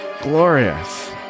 glorious